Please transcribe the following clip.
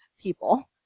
people